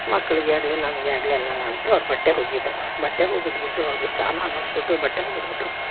ಮಕ್ಕಳಿಗೇ ಆಗಲಿ ನಮಗೇ ಆಗಲಿ ಎಲ್ಲ ಮಾಡಿಬಿಟ್ಟು ಅವ್ರ ಬಟ್ಟೆ ಒಗೀಬೇಕು ಬಟ್ಟೆ ಒಗೆದು ಬಿಟ್ಟು ಅವ್ರಿಗೆ ಸ್ನಾನ ಮಾಡಿಸ್ಬಿಟ್ಟು ಬಟ್ಟೆ ಒಗೆದ್ಬಿಟ್ಟು